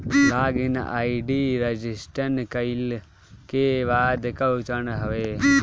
log in ID registration कईला के बाद कअ चरण हवे